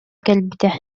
кэлбитэ